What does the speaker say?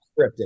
scripted